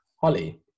Holly